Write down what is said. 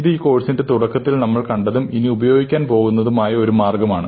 ഇത് ഈ കോഴ്സിന്റെ തുടക്കത്തിൽ നമ്മൾ കണ്ടതും ഇനി ഉപയോഗിക്കുവാൻ പോകുന്നതുമായ ഒരു മാർഗ്ഗമാണ്